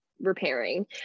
repairing